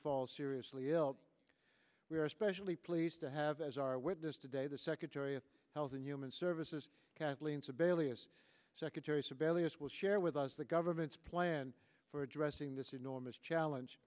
fall seriously ill we are especially pleased to have as our witness today the secretary of health and human services kathleen sebelius secretary sebelius will share with us the government's plan for addressing this enormous challenge